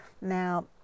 Now